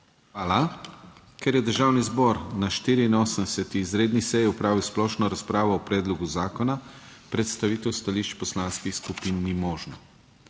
Hvala. Ker je Državni zbor na 84. izredni seji opravil splošno razpravo o predlogu zakona, predstavitev stališč poslanskih skupin ni možna.